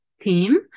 team